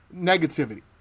Negativity